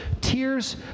tears